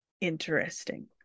interesting